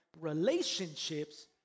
relationships